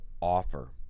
offer